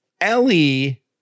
Ellie